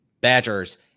badgers